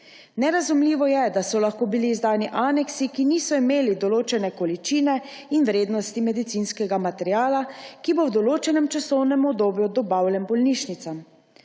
Nerazumljivo je, da so lahko bili izdani aneksi, ki niso imeli določene količine in vrednosti medicinskega materiala, ki bo v določenem časovnem obdobju dobavljen bolnišnicam.